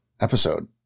episode